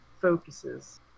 focuses